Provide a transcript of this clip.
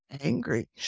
angry